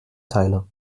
teile